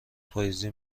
پاییزی